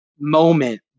moment